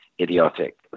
idiotic